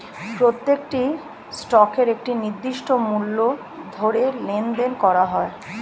প্রত্যেকটি স্টকের একটি নির্দিষ্ট মূল্য ধরে লেনদেন করা হয়